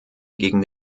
gegen